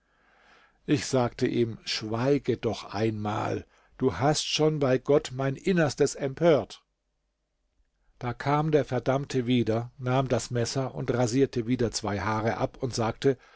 ich sagte ihm schweige doch einmal du hast schon bei gott mein innerstes empört da kam der verdammte wieder nahm das messer und rasierte wieder zwei haare ab und sagte